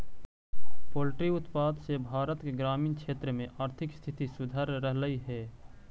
poultry उत्पाद से भारत के ग्रामीण क्षेत्र में आर्थिक स्थिति सुधर रहलई हे